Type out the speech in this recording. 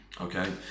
okay